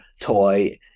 toy